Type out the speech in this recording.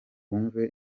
wumve